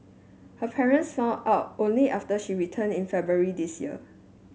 her parents found out only after she returned in February this year